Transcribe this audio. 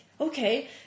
Okay